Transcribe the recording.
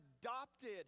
adopted